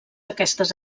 aquestes